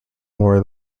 more